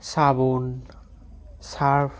চাবোন চাৰ্ফ